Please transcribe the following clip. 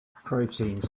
proteins